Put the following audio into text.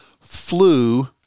flew